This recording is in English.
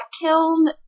killed